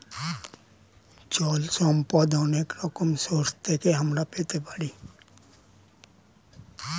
জল সম্পদ অনেক রকম সোর্স থেকে আমরা পেতে পারি